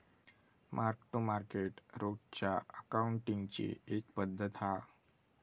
mark to market रोजच्या अकाउंटींगची एक पद्धत हा